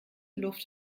luft